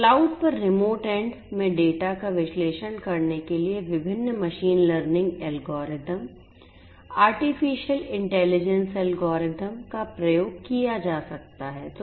cloud पर remote end का प्रयोग किया जा सकता है